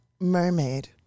mermaid